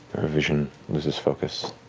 vision loses focus